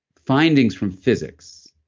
findings from physics,